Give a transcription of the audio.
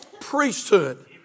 priesthood